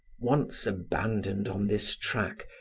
once abandoned on this track,